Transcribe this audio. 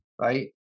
right